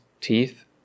teeth